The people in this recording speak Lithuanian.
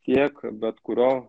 tiek bet kurio